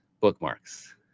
bookmarks